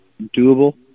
doable